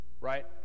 right